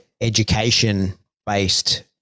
education-based